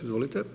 Izvolite.